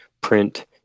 print